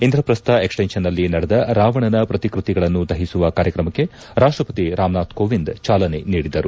ಇಂದ್ರಪ್ರಸ್ಥ ಎಕ್ಸ್ಚೆನ್ನನ್ನಲ್ಲಿ ನಡೆದ ರಾವಣನ ಪ್ರತಿಕೃತಿಗಳನ್ನು ದಹಿಸುವ ಕಾರ್ಯಕ್ರಮಕ್ಕೆ ರಾಷ್ಟಪತಿ ರಾಮನಾಥ್ ಕೋವಿಂದ್ ಚಾಲನೆ ನೀಡಿದರು